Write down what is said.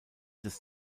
des